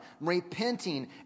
repenting